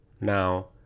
Now